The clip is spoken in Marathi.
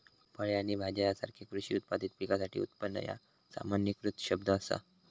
फळे आणि भाज्यो यासारख्यो कृषी उत्पादित पिकासाठी उत्पादन ह्या सामान्यीकृत शब्द असा